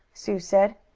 sue said.